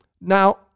Now